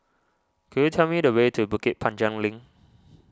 could you tell me the way to Bukit Panjang Link